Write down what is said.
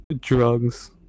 Drugs